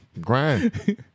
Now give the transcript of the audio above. Grind